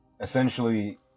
essentially